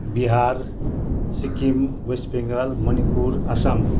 Bihar Sikkim West Bengal Manipur Assam